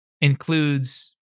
includes